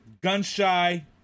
gun-shy